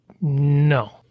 no